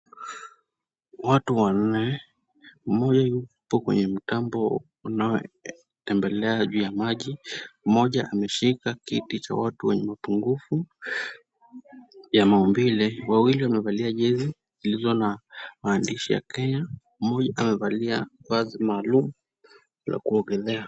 Watu wanne mmoja yuko kwenye mtambo unaotembelea juu ya maji, mmoja ameshika kiti cha watu wenye mapungufu ya maumbile, wawili wamevalia jezi zilizo na maandishi ya Kenya, mmoja amevalia vazi maalum la kuogelea.